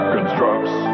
Constructs